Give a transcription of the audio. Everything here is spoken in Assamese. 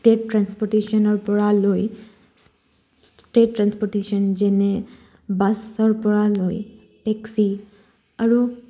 ষ্টেট ট্ৰেন্সপৰ্টেশ্যনৰ পৰা লৈ ষ্টেট ট্ৰেন্সপৰ্টেশ্যন যেনে বাছৰ পৰা লৈ টেক্সি আৰু